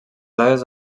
dades